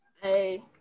Hey